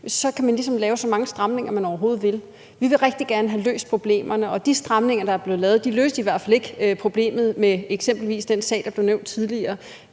så kan man ligesom lave så mange stramninger, man overhovedet vil. Vi vil rigtig gerne have løst problemerne, og de stramninger, der er blevet lavet, løste i hvert fald ikke problemet med eksempelvis den sag, der blev nævnt tidligere.